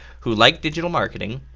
who like digital marketing.